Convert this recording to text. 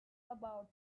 about